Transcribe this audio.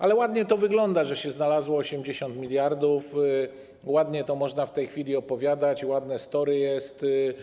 Ale ładnie to wygląda, że znalazło się 80 mld zł, ładnie to można w tej chwili opowiadać, ładne story jest.